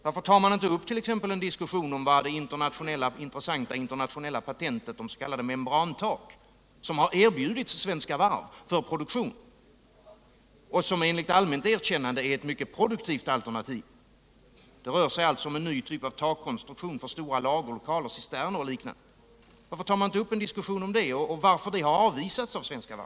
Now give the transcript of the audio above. Varför tar man inte upp en diskussion om vad det intressanta internationella patentet beträffande s.k. membrantak — som har erbjudits svenska varv till produktion och som är allmänt erkänt — skulle kunna innebära? Det är ett mycket produktivt alternativ. Det rör sig om en takkonstruktion för stora lagerlokaler, cisterner och liknande. Varför tar man inte upp en diskussion om det och om anledningen till att det har avvisats av Svenska Varv?